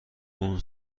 اون